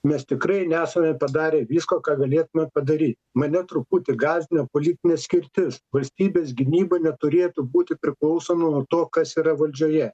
mes tikrai nesame padarę visko ką galėtume padaryt mane truputį gąsdina politinė skirtis valstybės gynyba neturėtų būti priklausoma nuo to kas yra valdžioje